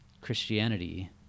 Christianity